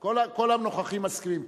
כל הנוכחים מסכימים.